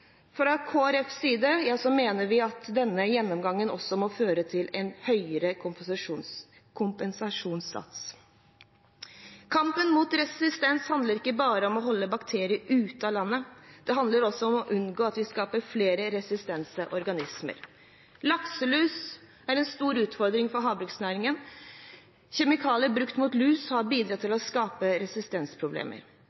Fra Kristelig Folkepartis side mener vi at denne gjennomgangen må føre til en høyere kompensasjonssats. Kampen mot resistens handler ikke bare om å holde bakterier ute av landet. Det handler også om å unngå at vi skaper flere resistente organismer. Lakselus er en stor utfordring for havbruksnæringen. Kjemikalier brukt mot lus har bidratt til å skape resistensproblemer.